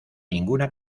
ninguna